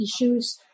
issues